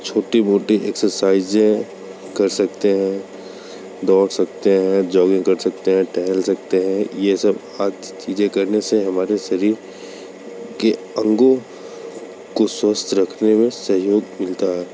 छोटी मोटी एक्सरसाइज़ें कर सकते हैं दौड़ सकते हैं जॉगिंग कर सकते हैं टहल सकते हैं ये सब आच्छी चीज़ें करने से हमारे शरीर के अंगों को स्वस्थ रखने में सहयोग मिलता है